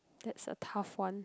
that's a tough one